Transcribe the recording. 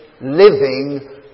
living